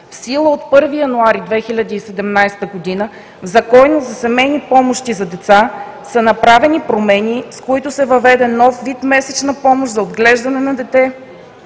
в сила от 1 януари 2017 г. в Закона за семейни помощи са направени промени, с които се въведе нов вид месечна помощ за отглеждане на дете